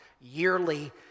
yearly